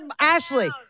Ashley